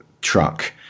truck